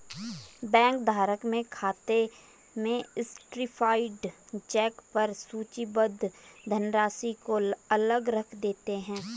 bank धारक के खाते में सर्टीफाइड चेक पर सूचीबद्ध धनराशि को अलग रख देते हैं